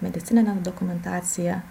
medicinine dokumentacija